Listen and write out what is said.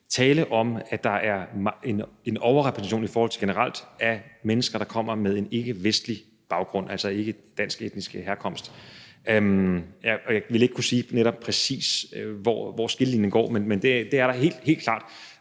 tale om, at der generelt er en overrepræsentation af mennesker, der kommer med en ikkevestlig baggrund, altså ikkedansk etnisk herkomst. Jeg vil ikke kunne sige netop præcis, hvor skillelinjen går, men det er der helt klart,